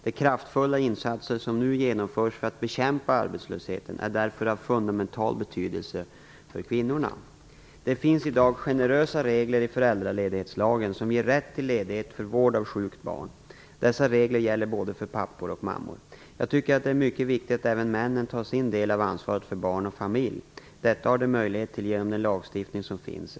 De kraftfulla insatser som nu genomförs för att bekämpa arbetslösheten är därför av fundamental betydelse för kvinnorna. Det finns i dag generösa regler i föräldraledighetslagen som ger rätt till ledighet för vård av sjukt barn. Dessa regler gäller för både pappor och mammor. Jag tycker att det är mycket viktigt att även männen tar sin del av ansvaret för barn och familj. Detta har de möjlighet till genom den lagstiftning som finns.